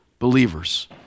Believers